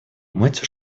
мать